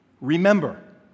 Remember